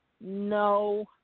No